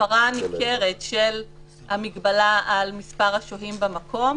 הפרה ניכרת של המגבלה על מספר השוהים במקום.